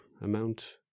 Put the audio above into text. amount